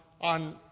on